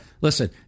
Listen